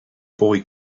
boy